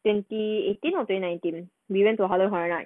twenty eighteen or twenty nineteen million to halloween horror night